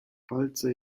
palce